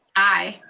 aye.